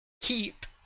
keep